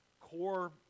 Core